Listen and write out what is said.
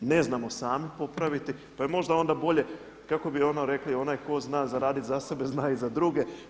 Ne znamo sami popraviti pa je onda možda bolje kako bi ono rekli, onaj tko zna zaraditi za sebe zna i za druge.